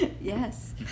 Yes